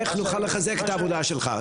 איך נוכל לחזק את העבודה שלך?